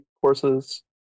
courses